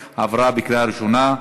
2014,